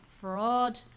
fraud